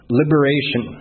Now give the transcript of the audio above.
liberation